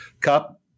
cup